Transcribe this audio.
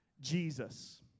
Jesus